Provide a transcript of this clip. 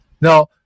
Now